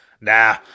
Nah